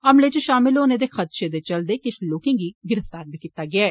हमले च शामल होने दे खदशे दे चलदे किश लोकें गी गिरफ्तार कीता गेया ऐ